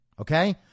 Okay